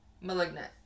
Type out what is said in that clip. Malignant